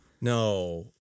No